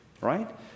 right